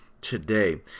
today